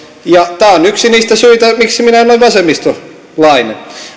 tämä on yksi niitä syitä miksi minä en ole vasemmistolainen